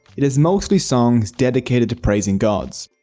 it is mostly songs dedicated to praising gods.